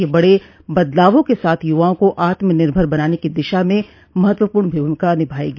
यह बड़े बदलावों के साथ युवाओं को आत्मनिर्भर बनाने की दिशा में महत्वपूर्ण भूमिका निभायेगी